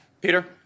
Peter